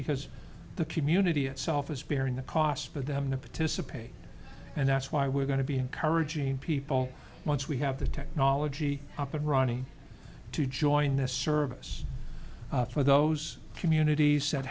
because the community itself is bearing the cost for them the patisserie pay and that's why we're going to be encouraging people once we have the technology up and ronnie to join the service for those communities that